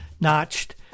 notched